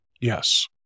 Yes